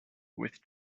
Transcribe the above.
with